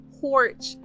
porch